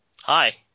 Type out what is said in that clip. Hi